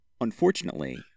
Unfortunately